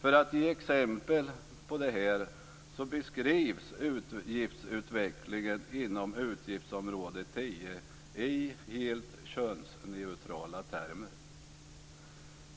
För att ge ett exempel kan jag nämna att utgiftsutvecklingen inom utgiftsområde 10 beskrivs i helt könsneutrala termer.